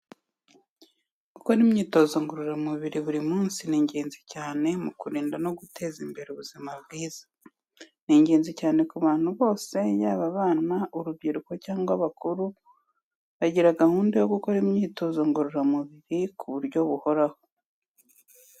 Gukora imyitozo ngororamubiri buri munsi ni ingenzi cyane mu kurinda no guteza imbere ubuzima bwiza. Ni ingenzi cyane ku bantu bose, yaba abana, urubyiruko cyangwa abakuru, bagira gahunda yo gukora imyitozo ngororamubiri ku buryo buhoraho.